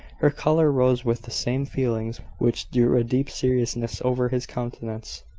her colour rose with the same feelings which drew a deep seriousness over his countenance.